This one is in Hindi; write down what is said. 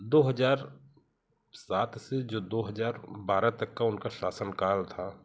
दो हज़ार सात से जो दो हज़ार बारह तक उनका शासन काल था